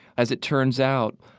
as it turns out,